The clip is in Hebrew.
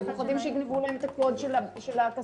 הם פוחדים שיגנבו להם את הקוד של הכספומט,